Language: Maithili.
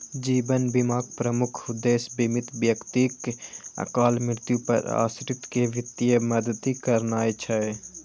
जीवन बीमाक प्रमुख उद्देश्य बीमित व्यक्तिक अकाल मृत्यु पर आश्रित कें वित्तीय मदति करनाय छै